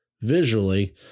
visually